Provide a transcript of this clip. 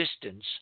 distance